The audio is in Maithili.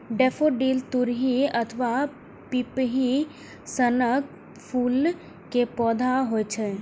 डेफोडिल तुरही अथवा पिपही सनक फूल के पौधा होइ छै